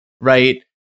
right